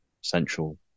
central